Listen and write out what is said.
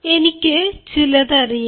എനിക്ക് ചിലത് അറിയാം